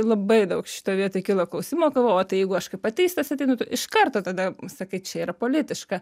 labai daug šitoj vietoj kilo klausimų galvoju o jeigu aš kaip ateistas ateinu iš karto tada sakai čia yra politiška